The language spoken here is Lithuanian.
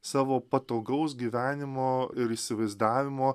savo patogaus gyvenimo ir įsivaizdavimo